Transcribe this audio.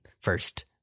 first